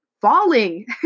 falling